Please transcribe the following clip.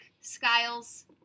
Skiles